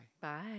Bye